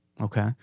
okay